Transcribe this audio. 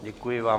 Děkuji vám.